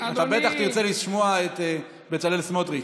אתה בטח תרצה לשמוע את בצלאל סמוטריץ'.